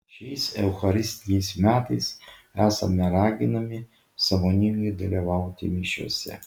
šiais eucharistiniais metais esame raginami sąmoningai dalyvauti mišiose